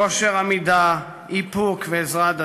כושר עמידה, איפוק ועזרה הדדית.